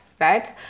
right